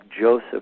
Joseph